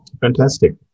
Fantastic